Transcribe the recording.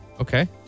Okay